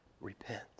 repent